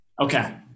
Okay